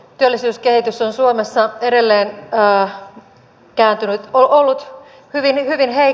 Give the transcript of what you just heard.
työllisyyskehitys on suomessa edelleen ollut hyvin heikkoa